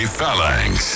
Phalanx